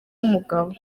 umugabo